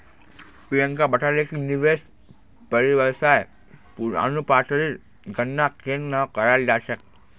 प्रियंका बताले कि निवेश परिव्यास अनुपातेर गणना केन न कराल जा छेक